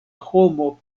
homo